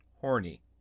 Horny